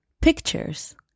Pictures